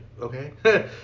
okay